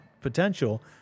potential